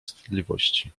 wstydliwości